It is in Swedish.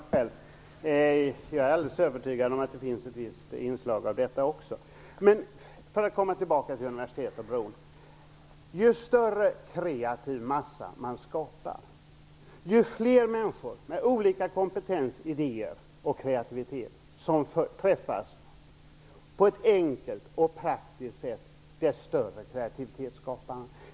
Herr talman! Det senare får Elisa Abascal Reyes bedöma själv. Jag är helt övertygad om att det finns ett visst inslag av detta också. Jag återkommer till frågan om universitet och bron. Ju fler människor med olika kompetens, idéer och kreativitet som träffas, på ett enkelt och praktiskt sätt, desto större kreativitet skapar man.